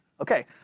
Okay